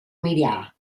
media